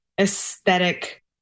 aesthetic